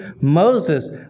Moses